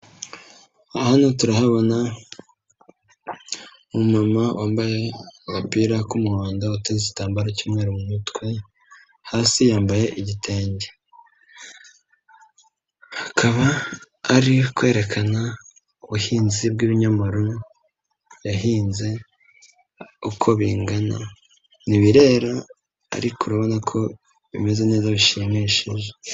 Hano turahabona umumama wambaye agapira k'umuhondo uteze igitambaro cy'umweru mu mutwe hasi yambaye igitenge akaba ari kwerekana ubuhinzi bw'ibinyomoro yahinze uko bingana, ntibirera ariko urabona ko bimeze neza bishimishije.